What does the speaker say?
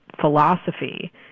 philosophy